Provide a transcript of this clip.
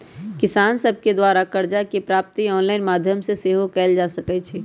किसान सभके द्वारा करजा के प्राप्ति ऑनलाइन माध्यमो से सेहो कएल जा सकइ छै